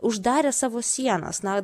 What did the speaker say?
uždarė savo sienas na